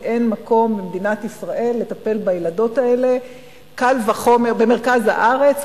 ואין מקום במדינת ישראל לטפל בילדות האלה במרכז הארץ,